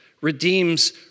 redeems